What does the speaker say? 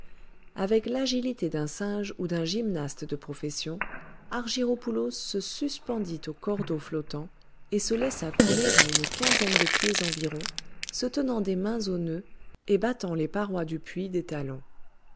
avec l'agilité d'un singe ou d'un gymnaste de profession argyropoulos se suspendit au cordeau flottant et se laissa couler à une quinzaine de pieds environ se tenant des mains aux nœuds et battant les parois du puits des talons